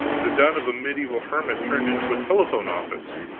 the den of a mediaeval hermit turned into a telephone office!